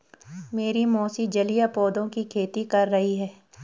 मेरी मौसी जलीय पौधों की खेती कर रही हैं